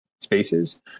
spaces